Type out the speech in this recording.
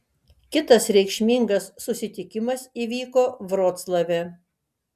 kitas reikšmingas susitikimas įvyko vroclave